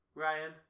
Ryan